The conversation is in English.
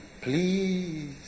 Please